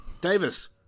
Davis